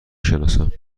شناسم